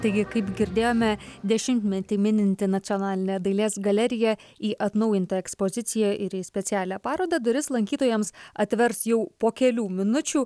taigi kaip girdėjome dešimtmetį mininti nacionalinė dailės galerija į atnaujintą ekspoziciją ir į specialią parodą duris lankytojams atvers jau po kelių minučių